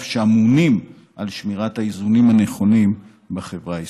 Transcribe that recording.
שאמונים על שמירת האיזונים הנכונים בחברה הישראלית.